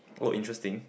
oh interesting